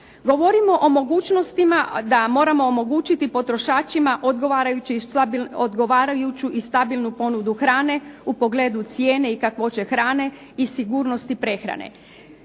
Govorimo o mogućnostima da moramo omogućiti potrošačima odgovarajuću i stabilnu ponudu hrane u pogledu cijene i kakvoće hrane i sigurnosti prehrane.